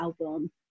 album